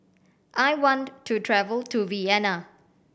I want to travel to Vienna